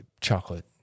chocolate